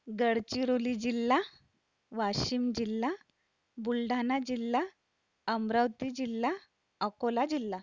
गडचिरोली जिल्हा वाशिम जिल्हा बुलढाणा जिल्हा अमरावती जिल्हा अकोला जिल्हा